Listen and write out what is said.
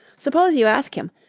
suppose you ask him.